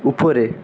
উপরে